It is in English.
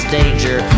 danger